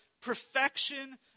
perfection